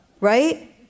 Right